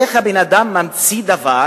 איך האדם ממציא דבר